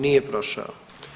Nije prošao.